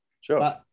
Sure